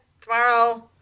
tomorrow